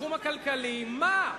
בתחום הכלכלי, מה?